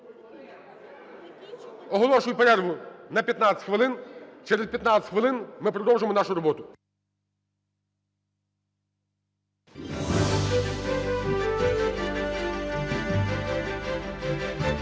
Оголошую перерву на 15 хвилин. Через 15 хвилин ми продовжимо нашу роботу.